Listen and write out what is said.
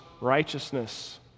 righteousness